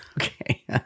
Okay